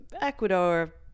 Ecuador